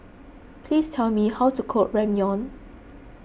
please tell me how to cook Ramyeon